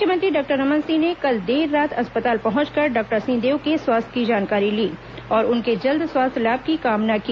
मुख्यमंत्री डॉक्टर रमन सिंह ने कल देर रात अस्पताल पहंचकर डॉक्टर सिंहदेव के स्वास्थ्य की जानकारी ली और उनके जल्द स्वास्थ्य लाभ की कामना की